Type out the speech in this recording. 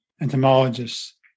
entomologists